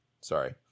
Sorry